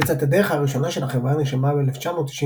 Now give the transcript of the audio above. פריצת הדרך הראשונה של החברה נרשמה ב-1994,